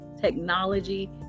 Technology